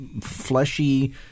fleshy